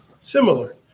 similar